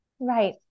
Right